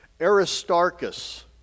Aristarchus